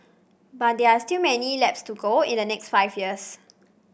but there are still many laps to go in the next five years